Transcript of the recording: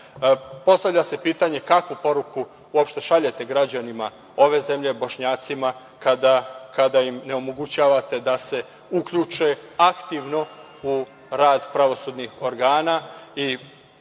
tako. Postavlja se pitanje - kakvu poruku uopšte šaljete građanima ove zemlje, Bošnjacima, kada im ne onemogućavate da se uključe aktivno u rad pravosudnih organa? Građani